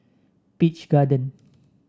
Peach Garden